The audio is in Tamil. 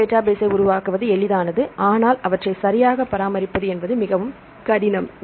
ஒரு டேட்டாபேஸ்ஸை உருவாக்குவது எளிதானது ஆனால் அவற்றை சரியாக பராமரிப்பது என்பது மிகவும் கடினம்